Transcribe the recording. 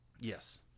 Yes